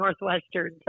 Northwestern